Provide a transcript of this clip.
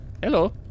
Hello